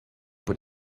put